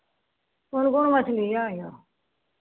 कोन कोन मछली यए